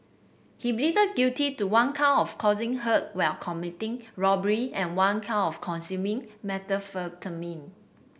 he pleaded guilty to one count of causing hurt while committing robbery and one count of consuming methamphetamine